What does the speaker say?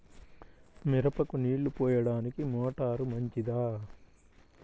మిరపకు నీళ్ళు పోయడానికి మోటారు మంచిదా?